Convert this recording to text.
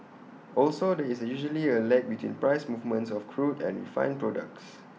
also there is usually A lag between price movements of crude and refined products